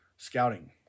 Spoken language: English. scouting